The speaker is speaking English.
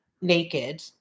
naked